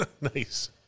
Nice